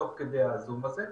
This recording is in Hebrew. תוך כדי הזום הזה,